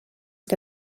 que